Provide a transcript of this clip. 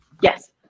Yes